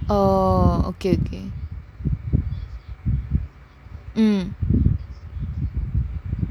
oh okay um